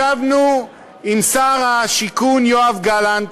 ישבנו עם השר יואב גלנט,